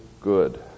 good